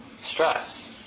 stress